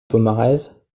pomarez